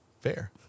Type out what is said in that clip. Fair